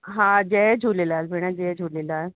हा जय झूलेलाल भेण जय झूलेलाल